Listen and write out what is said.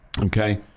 Okay